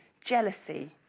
Jealousy